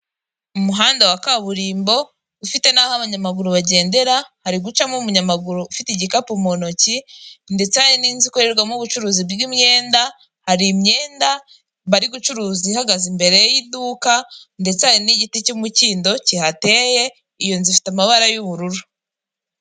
Umuhanda wa kaburimbo ufite n'aho abanyamaguru bagendera, hari gucamo umunyamaguru ufite igikapu mu ntoki, ndetse hari n'inzu ikorerwamo ubucuruzi bw'imyenda, hari imyenda bari gucuruza ihagaze imbere y'iduka, ndetse hari n'igiti cy'ukindo kihateye, iyo nzu ifite amabara y'ubururu.